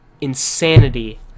insanity